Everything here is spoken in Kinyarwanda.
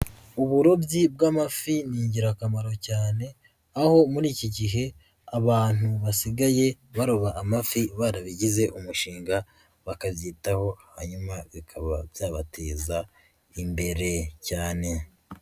Uburobyi bw'amafi ni ingirakamaro cyane aho muri iki gihe abantu basigaye baroba amafi barabigize umushinga, bakabyitaho hanyuma bikaba byabateza imbere cyane.